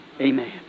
amen